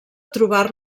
trobar